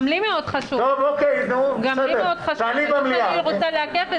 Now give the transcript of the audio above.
גם לי מאוד חשוב, אני לא רוצה לעכב את זה.